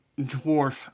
dwarf